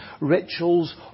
rituals